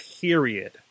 Period